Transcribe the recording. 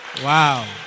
Wow